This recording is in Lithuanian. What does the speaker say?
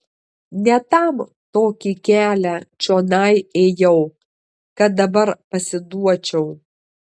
ne tam tokį kelią čionai ėjau kad dabar pasiduočiau